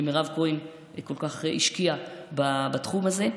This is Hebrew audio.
כשמירב כהן כל כך השקיעה בתחום הזה.